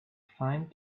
fine